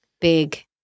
Big